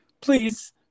please